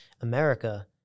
America